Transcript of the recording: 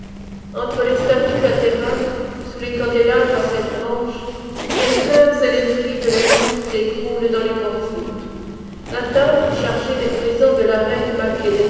entre les statues latérales sous les candélabres à sept branches les fleurs et les fruits de l'hermon s'écroulent dans les porphyres la table chargée des présents de la reine